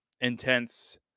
intense